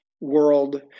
world